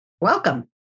welcome